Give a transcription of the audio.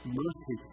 mercy